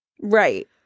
Right